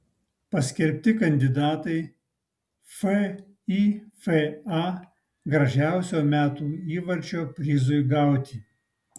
paskelbti kandidatai fifa gražiausio metų įvarčio prizui gauti